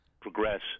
progress